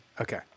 Okay